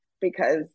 because-